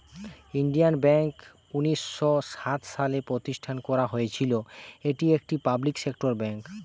Indian bank উনিশ শ সাত সালে প্রতিষ্ঠান করা হয়েছিল, এটি একটি পাবলিক সেক্টর বেঙ্ক